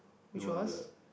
no wonder